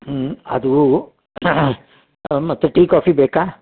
ಹ್ಞೂ ಅದು ಮತ್ತು ಟೀ ಕಾಫಿ ಬೇಕಾ